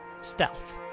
stealth